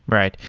right.